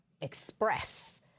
express